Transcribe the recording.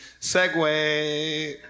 segue